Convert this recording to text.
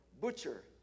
butcher